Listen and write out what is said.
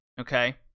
okay